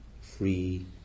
free